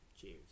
Cheers